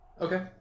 okay